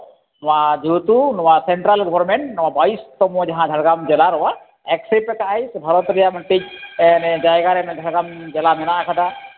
ᱱᱚᱣᱟ ᱡᱮᱦᱮᱛᱩ ᱱᱚᱣᱟ ᱥᱮᱱᱴᱨᱟᱞ ᱜᱚᱨᱢᱮᱱᱴ ᱱᱚᱣᱟ ᱵᱟᱭᱤᱥ ᱛᱚᱢᱚ ᱡᱟᱦᱟᱸ ᱡᱷᱟᱲᱜᱨᱟᱢ ᱡᱮᱞᱟ ᱱᱚᱣᱟᱭ ᱮᱠᱥᱮ ᱯᱴ ᱟᱠᱟᱜᱼᱟᱭ ᱥᱮ ᱵᱷᱟᱨᱚᱛ ᱨᱮᱭᱟᱜ ᱢᱤᱫᱴᱤᱡ ᱡᱟᱭᱜᱟ ᱨᱮ ᱡᱷᱟᱲᱜᱨᱟᱢ ᱡᱮᱞᱟ ᱢᱮᱱᱟᱜ ᱟᱠᱟᱫᱟ